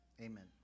Amen